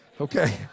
okay